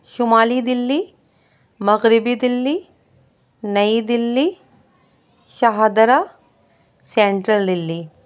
شمالی دلی مغربی دلی نئی دلی شاہدرہ سینٹرل دلی